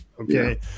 Okay